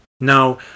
Now